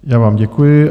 Já vám děkuji.